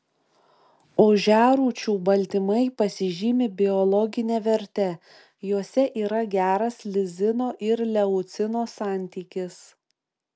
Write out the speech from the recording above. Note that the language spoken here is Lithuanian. ožiarūčių baltymai pasižymi biologine verte juose yra geras lizino ir leucino santykis